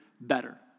better